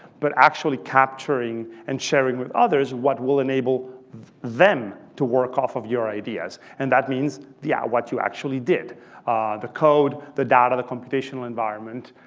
but actually capturing and sharing with others what will enable them to work off of your ideas. and that means that yeah what you actually did the code, the data, the computational environment.